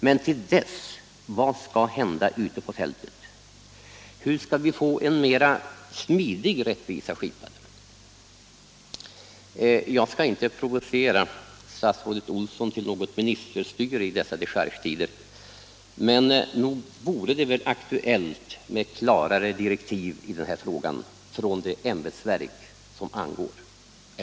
Men vad skall det hända ute på fältet till dess? Hur skall vi få en mera smidig rättvisa skipad? Jag skall inte provocera statsrådet Olsson till något ministerstyre i dessa dechargetider, men nog vore det aktuellt med klarare direktiv i denna fråga från det ämbetsverk det angår, inte sant?